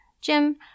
Jim